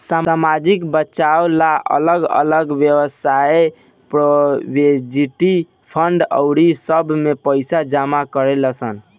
सामाजिक बचाव ला अलग अलग वयव्साय प्रोविडेंट फंड आउर सब में पैसा जमा करेलन सन